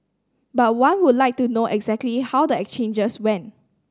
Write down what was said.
but one would like to know exactly how the exchanges went